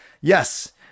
Yes